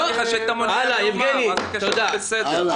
יבגני, תודה.